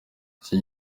iki